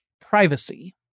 privacy